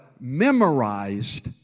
memorized